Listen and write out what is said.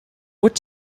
what